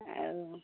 ଆଉ